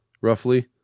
roughly